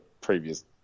previous